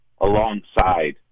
alongside